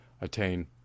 attain